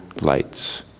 lights